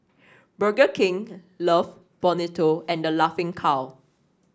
Burger King Love Bonito and The Laughing Cow